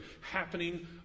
happening